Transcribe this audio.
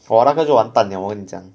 for 那个就完蛋了我跟你讲